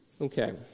Okay